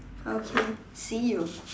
okay see you